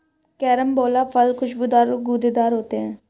carambola फल खुशबूदार और गूदेदार होते है